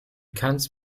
kannst